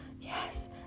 Yes